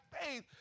faith